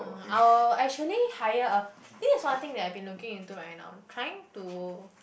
I'll actually hire a this is one thing I've been looking into right now trying to